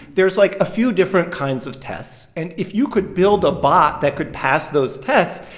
there's, like, a few different kinds of tests. and if you could build a bot that could pass those tests,